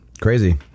Crazy